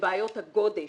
לבעיות הגודש